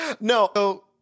No